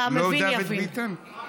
והמבין יבין.